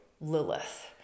Lilith